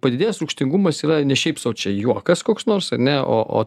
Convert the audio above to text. padidėjęs rūgštingumas yra ne šiaip sau čia juokas koks nors ar ne o o